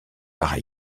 par